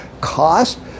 cost